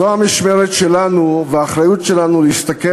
זו המשמרת שלנו והאחריות שלנו להסתכל